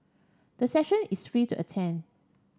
the session is free to attend